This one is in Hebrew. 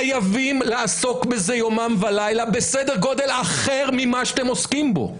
חייבים לעסוק בזה יומם ובלילה בסדר גודל אחר ממה שאתם עוסקים בו.